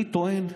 אני טוען: